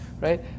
right